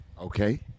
Okay